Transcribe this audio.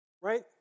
right